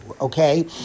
okay